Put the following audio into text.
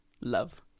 Love